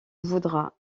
voudras